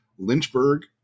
Lynchburg